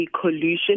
collusion